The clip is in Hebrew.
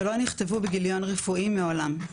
שלא נכתבו בגיליון רפואי מעולם,